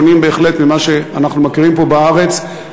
שונים בהחלט ממה שאנחנו מכירים פה בארץ,